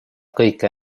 kõike